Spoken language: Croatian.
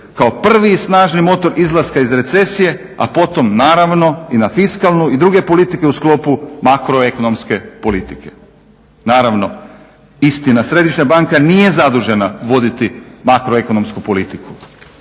kao prvi i snažni motor izlaska iz recesije, a potom naravno i na fiskalnu i druge politike u sklopu makroekonomske politike. Naravno istina, središnja banka nije zadužena voditi makroekonomsku politiku,